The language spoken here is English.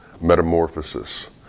metamorphosis